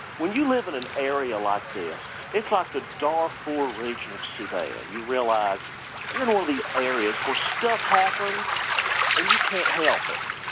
when you live in an area like this, it's like the darfur region of sudan. you realize you're in one of these areas where stuff happens and you can't help it.